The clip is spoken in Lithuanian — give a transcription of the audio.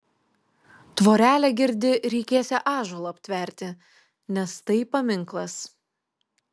tvorelę girdi reikėsią ąžuolą aptverti nes tai paminklas